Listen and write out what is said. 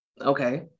Okay